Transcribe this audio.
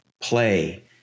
play